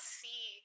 see